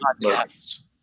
podcast